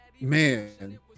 man